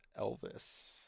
Elvis